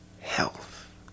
health